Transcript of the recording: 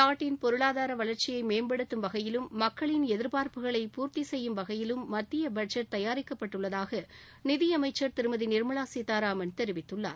நாட்டின் பொருளாதார வளர்ச்சியை மேம்படுத்தும் வகையிலும் மக்களின் எதிபாா்ப்புகளை பூர்த்தி செய்யும் வகையிலும் மத்திய பட்ஜெட் தயாரிக்கப்பட்டுள்ளதாக நிதியமைச்சர் திருமதி நிர்மலா சீதாராமன் தெரிவித்துள்ளார்